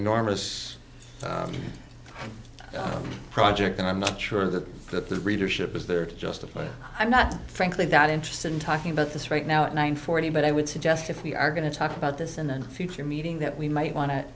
enormous project and i'm not sure that that the readership is there to justify it i'm not frankly that interested in talking about this right now at nine forty but i would suggest if we are going to talk about this in the future meeting that we might want to